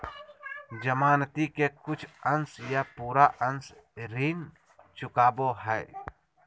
जमानती के कुछ अंश या पूरा अंश ऋण चुकावो हय